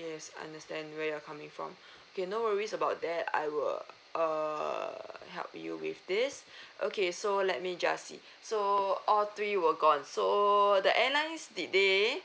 yes understand where you're coming from okay no worries about that I will err help you with this okay so let me just see so all three were gone so the airlines did they